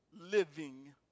living